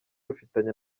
rufitanye